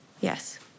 Yes